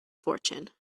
fortune